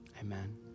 Amen